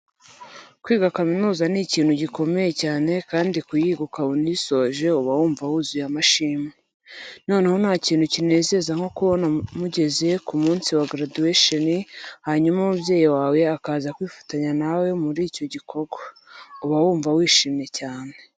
Kwiga kaminuza ni ikintu gikomeye cyane kandi kuyiga ukabona urayisoje uba wumva wuzuye amashimwe. Noneho nta kintu kinezeza nko kubona mugeze ku munsi wa graduation hanyuma umubyeyi wawe akaza kwifatanya nawe muri icyo gikorwa, uba wumva wishimye cyane.